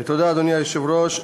אדוני היושב-ראש,